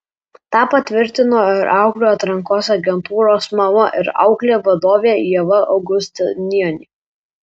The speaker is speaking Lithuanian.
tą patvirtino ir auklių atrankos agentūros mama ir auklė vadovė ieva augustinienė